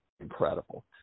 incredible